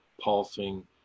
pulsing